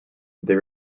they